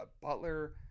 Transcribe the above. Butler